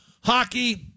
Hockey